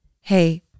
hey